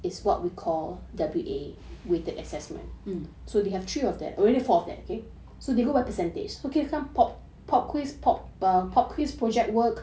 mm